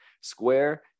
Square